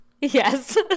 Yes